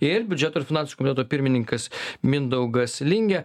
ir biudžeto ir finansų komiteto pirmininkas mindaugas lingė